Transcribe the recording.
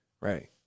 right